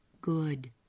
good